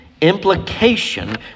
implication